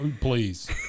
please